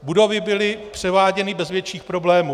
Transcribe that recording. Budovy byly převáděny bez větších problémů.